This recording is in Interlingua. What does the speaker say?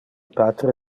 patre